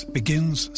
begins